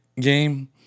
game